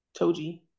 Toji